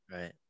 Right